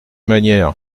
manières